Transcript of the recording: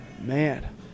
man